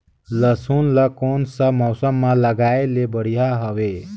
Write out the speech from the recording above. लसुन ला कोन सा मौसम मां लगाय ले बढ़िया हवे?